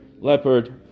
leopard